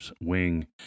Wing